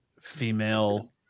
female